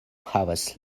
havas